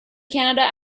canada